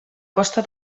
costa